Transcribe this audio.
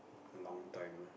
long time